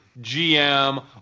GM